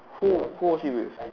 who who was he with